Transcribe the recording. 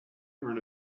earn